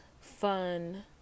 fun